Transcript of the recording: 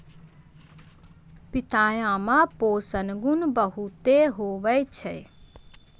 पिताया मे पोषण गुण बहुते हुवै छै